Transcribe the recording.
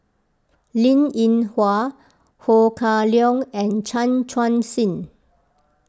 Linn in Hua Ho Kah Leong and Chan Chun Sing